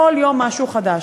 כל יום משהו חדש.